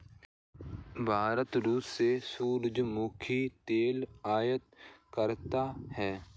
भारत रूस से सूरजमुखी तेल आयात करता हैं